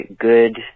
good